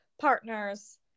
partners